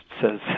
says